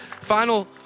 Final